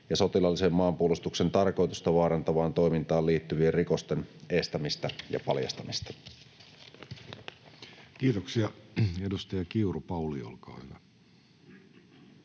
ja sotilaalliseen maanpuolustuksen tarkoitusta vaarantavaan toimintaan liittyvien rikosten estämistä ja paljastamista. [Speech 52] Speaker: Jussi Halla-aho